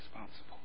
responsible